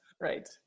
Right